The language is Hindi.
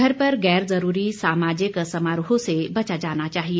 घर पर गैर जरूरी सामाजिक समारोह से बचा जाना चाहिए